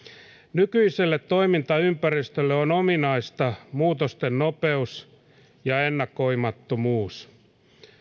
nykyiselle toimintaympäristölle on ominaista muutosten nopeus ja ennakoimattomuus